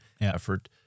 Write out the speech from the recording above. effort